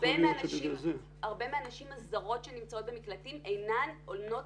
הרבה מהנשים שנמצאות במקלטים אינן עונות